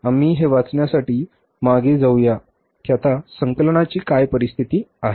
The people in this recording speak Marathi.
आम्ही हे वाचण्यासाठी मागे जाऊ की आता संकलनाची काय परिस्थिती आहे